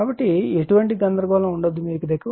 కాబట్టి ఎటువంటి గందరగోళం ఉండకూడదు